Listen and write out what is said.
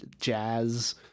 Jazz